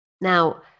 now